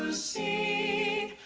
ah see